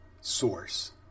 source